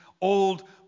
old